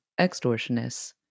extortionists